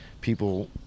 people